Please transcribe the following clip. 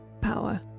power